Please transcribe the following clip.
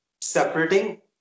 separating